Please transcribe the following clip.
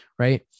Right